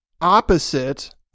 Opposite